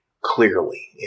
clearly